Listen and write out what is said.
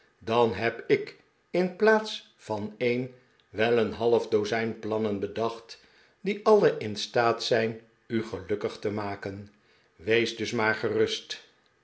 dan heb ik in plaats van een wel een half dozijn plannen bedacht die alle in staat zijn u gelukkig te maken wees dus maar gerust